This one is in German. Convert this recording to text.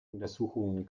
untersuchungen